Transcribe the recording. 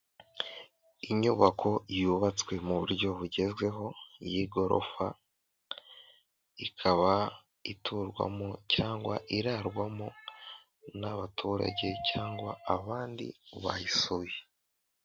Inyubako yubatswe mu buryo bugezweho y'igorofa ikaba iturwamo cyangwa irarwamo n'abaturage cyangwa abandi bayisuye.